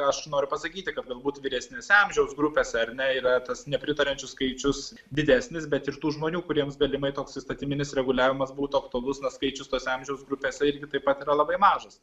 aš noriu pasakyti kad galbūt vyresnėse amžiaus grupėse ar ne yra tas nepritariančių skaičius didesnis bet ir tų žmonių kuriems galimai toks įstatyminis reguliavimas būtų aktualus na skaičius tose amžiaus grupėse irgi taip pat labai mažas